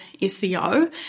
SEO